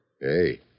Hey